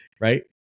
right